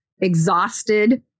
exhausted